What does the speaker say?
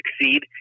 succeed